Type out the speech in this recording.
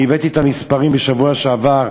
אני הבאתי את המספרים בשבוע שעבר,